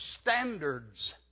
standards